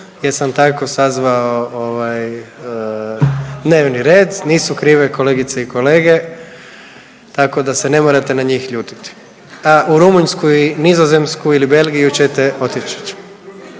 jer sam tako sazvao ovaj dnevni red, nisu krive kolegice i kolege, tako da se ne morate na njih ljutiti, a u Rumunjsku i Nizozemsku ili Belgiju ćete otići,